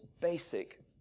basic